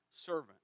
servant